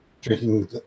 drinking